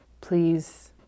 please